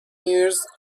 years